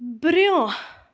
برٛونٛہہ